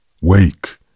Wake